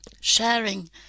sharing